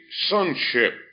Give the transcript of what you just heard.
Sonship